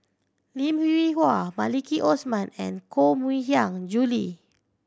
Lim Hwee Hua Maliki Osman and Koh Mui Hiang Julie